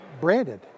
branded